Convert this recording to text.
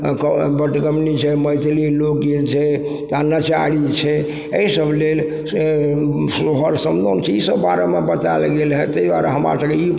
बटगबनी छै मैथिली लोक गीत छै तऽ नचारी छै अइ सब लेल से सोहर समदौन छै ईसब बारेमे बतायल गेल हइ तै दुआरे हमरा सबके ई